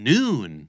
Noon